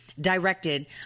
directed